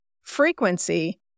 frequency